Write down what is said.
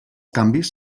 canvis